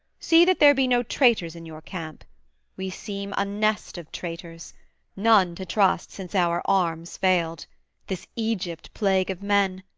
see that there be no traitors in your camp we seem a nest of traitors none to trust since our arms failed this egypt-plague of men!